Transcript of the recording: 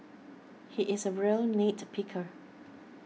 he is a real nitpicker